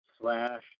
slash